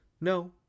No